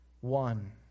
one